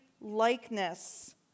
likeness